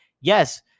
yes